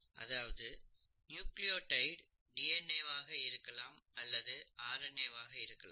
அதாவது நியூக்ளியோடைடு டிஎன்ஏ வாக இருக்கலாம் அல்லது ஆர் என் ஏ வாக இருக்கலாம்